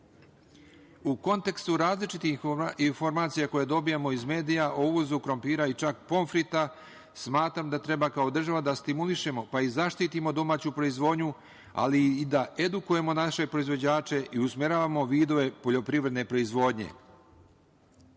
U kontekstu različitih informacija koje dobijamo iz medija o uvozu krompira, čak i pomfrita, smatram da treba kao država da stimulišemo, pa i zaštitimo domaću proizvodnju, ali i da edukujemo naše proizvođače i usmeravamo vidove poljoprivredne proizvodnje. Naša